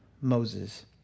Moses